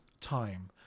time